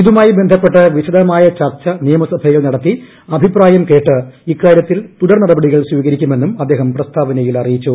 ഇതുമായി ബന്ധപ്പെട്ട് വിശദമായ ചർച്ച നിയമസഭയിൽ നടത്തി അഭിപ്രായം കേട്ട് ഇക്കാര്യത്തിൽ തുടർനടപടികൾ സ്വീകരിക്കുമെന്നും അദ്ദേഹം പ്രസ്താവനയിൽ അറിയിച്ചു